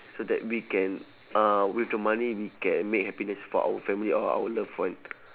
so that we can uh with the money we can make happiness for our family or our loved one